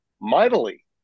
mightily